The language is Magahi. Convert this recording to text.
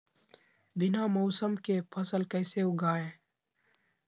बिना मौसम के फसल कैसे उगाएं?